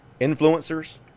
influencers